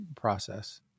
process